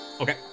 okay